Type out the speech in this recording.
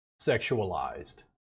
sexualized